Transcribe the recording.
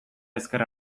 ezker